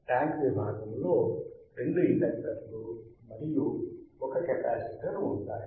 tank విభాగంలో రెండు ఇండక్తర్లు మరియు ఒక కెపాసిటర్ ఉంటాయి